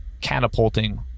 catapulting